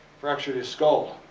fractured his skull.